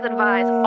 advise